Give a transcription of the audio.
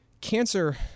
cancer